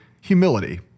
humility